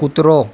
કૂતરો